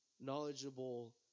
knowledgeable